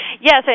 Yes